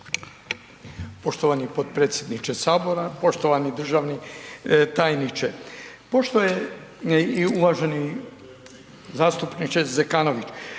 Poštovani potpredsjedniče sabora, poštovani državni tajniče, pošto je i uvaženi zastupniče Zekanović,